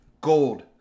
gold